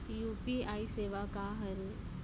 UPI सेवा का हरे?